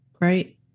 right